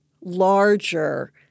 larger